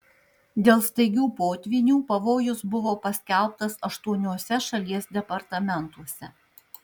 dėl staigių potvynių pavojus buvo paskelbtas aštuoniuose šalies departamentuose